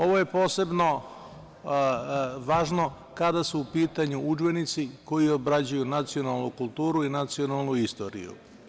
Ovo je posebno važno kada su u pitanju udžbenici koji obrađuju nacionalnu kulturu i nacionalnu istoriju.